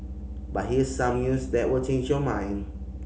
but here's some news that will change your mind